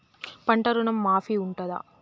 పంట ఋణం మాఫీ ఉంటదా?